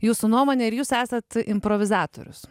jūsų nuomonę ir jūs esat improvizatorius